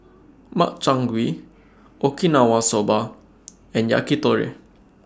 Makchang Gui Okinawa Soba and Yakitori